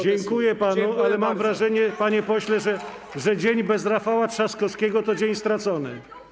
Dziękuję panu, ale mam wrażenie, panie pośle, że dzień bez Rafała Trzaskowskiego to dzień stracony.